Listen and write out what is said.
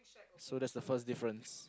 so that's the first difference